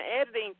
editing